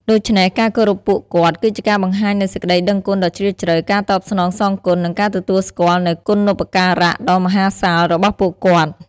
ដូច្នេះ ការគោរពពួកគាត់ គឺជាការបង្ហាញនូវសេចក្តីដឹងគុណដ៏ជ្រាលជ្រៅ ការតបស្នងសងគុណ និងការទទួលស្គាល់នូវគុណូបការៈដ៏មហាសាលរបស់ពួកគាត់។